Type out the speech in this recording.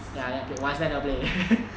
ya I I played once then I never play already